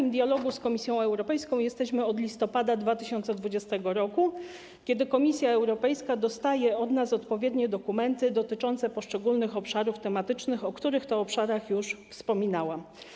My w takim dialogu z Komisją Europejską jesteśmy od listopada 2020 r., od kiedy Komisja Europejska dostaje od nas odpowiednie dokumenty dotyczące poszczególnych obszarów tematycznych, o których to obszarach już wspominałam.